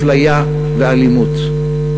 אפליה ואלימות.